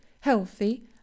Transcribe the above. healthy